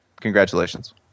congratulations